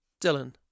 Dylan